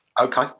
Okay